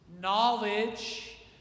knowledge